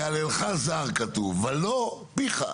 יהללך זר, כתוב, ולא, פיך.